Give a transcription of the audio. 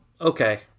okay